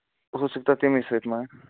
ہوسَکتا ہے تَمہِ سۭتۍ ما